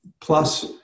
plus